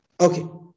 Okay